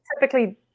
typically